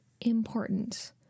important